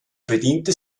bedient